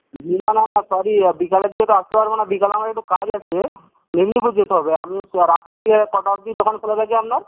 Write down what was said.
না না না সরি বিকালের দিকে তো আসতে পারবো না বিকালে আমার একটু কাজ আছে মেদিনীপুর যেতে হবে আমি রাত্রের দিকে কটা অবধি দোকান খোলা থাকে আপনার